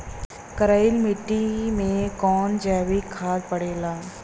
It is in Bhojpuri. करइल मिट्टी में कवन जैविक खाद पड़ेला?